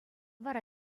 вара